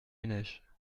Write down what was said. ménage